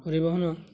ପରିବହନ